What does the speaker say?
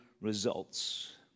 results